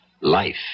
Life